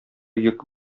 йөк